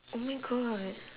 oh my god